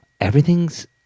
everything's